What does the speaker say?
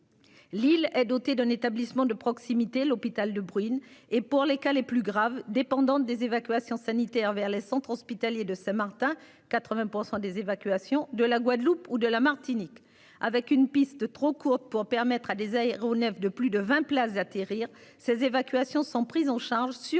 Lille est doté d'un établissement de proximité, l'hôpital De Bruyne et pour les cas les plus graves dépendante des évacuations sanitaires vers les centres hospitaliers de Saint-Martin 80 pour des évacuations de la Guadeloupe ou de la Martinique, avec une piste trop courte pour permettre à des aéronefs de plus de 20 places d'atterrir. Ces évacuations sont prises en charge sur